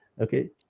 okay